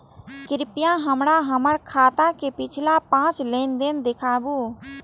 कृपया हमरा हमर खाता के पिछला पांच लेन देन दिखाबू